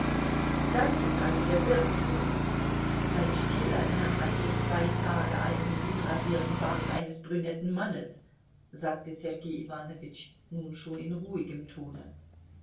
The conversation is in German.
das ist also der birkenpilz sein stiel erinnert an den zwei tage alten unrasierten bart eines brünetten mannes sagte sergei iwanowitsch nun schon in ruhigem tone